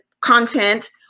content